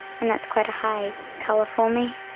and that's quite a high colour for me.